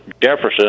Jefferson